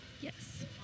Yes